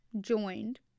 joined